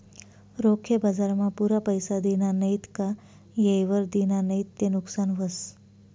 रोखे बजारमा पुरा पैसा दिना नैत का येयवर दिना नैत ते नुकसान व्हस